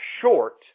short